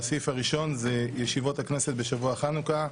הסעיף הראשון הוא ישיבות הכנסת בשבוע חנוכה.